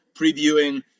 previewing